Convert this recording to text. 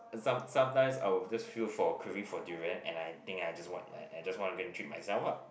some sometimes I will just feel for craving for durian and I think I just wanna I I just wanna go and treat myself what